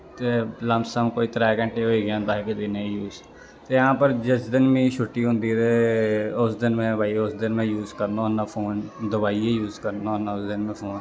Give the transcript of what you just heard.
ते लमसम कोई त्रै घैंटे होई गै जंदा इक दिनें च यूस ते हां पर जिस दिन मीं छुट्टी होंदी ते उस दिन भाई में उस दिन यूज करना होन्ना फोन दबाइयै यूस करना होन्ना इस दिन में फोन